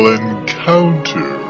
encounter